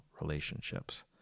relationships